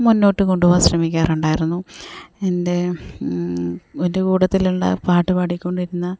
മുന്നോട്ടു കൊണ്ടുപോകാൻ ശ്രമിക്കാറുണ്ടായിരുന്നു എൻ്റെ എൻ്റെ കൂട്ടത്തിലുള്ള പാട്ട് പാടിക്കൊണ്ടിരുന്ന